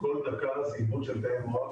כל דקה זה עיוות של תאי מוח,